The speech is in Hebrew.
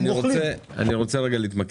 אני רוצה להתמקד.